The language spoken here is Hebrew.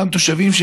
אותם תושבים,